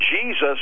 Jesus